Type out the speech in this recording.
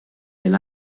del